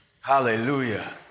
hallelujah